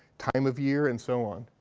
time of year, and so on.